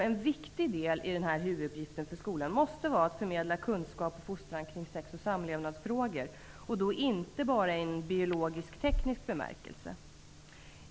En viktig del i skolans huvuduppgift måste då vara att förmedla kunskap och fostran kring sex och samlevnadsfrågor, och inte bara i en biologiskteknisk bemärkelse.